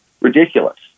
ridiculous